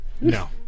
No